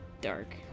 dark